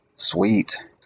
Sweet